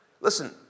listen